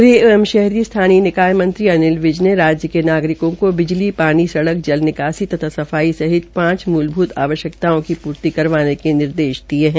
ग़ह एवं स्थानीय निकाय मंत्री अनिल विज ने राज्य के नागरिकों को बिजली पानी सड़क जल निकासी तथा सफाई सहित पांच मूलभूत आवश्यकताओं की पूर्ति करनवाने के निर्देश दिये है